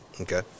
okay